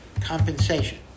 compensation